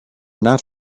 not